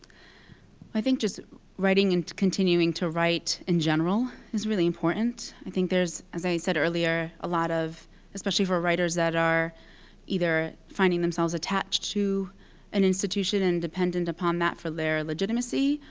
i think just writing and continuing to write, in general, is really important. i think there's, as i said earlier, a lot of especially for writers that are either finding themselves attached to an institution and dependent upon that for their legitimacy,